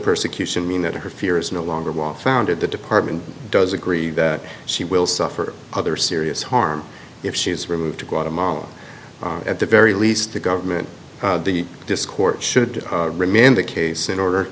persecution mean that her fear is no longer was founded the department does agree that she will suffer other serious harm if she is removed to guatemala at the very least the government the dischord should remand the case in order